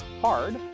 hard